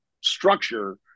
structure